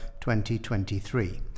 2023